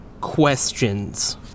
questions